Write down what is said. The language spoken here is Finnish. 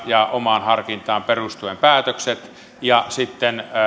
ja omaan harkintaansa perustuen päätökset ja sitten